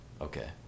okay